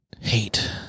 Hate